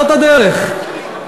זאת הדרך,